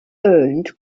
earned